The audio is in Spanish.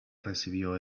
recibió